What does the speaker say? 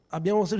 Abbiamo